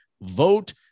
vote